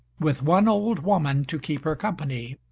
with one old woman to keep her company,